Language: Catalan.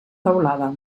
teulada